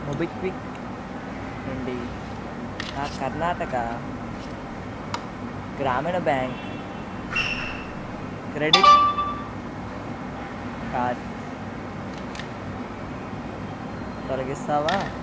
MobiKwik నుండి నా కర్ణాటక గ్రామీణ బ్యాంక్ క్రెడిట్ కార్డ్ తొలగిస్తావా